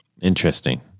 Interesting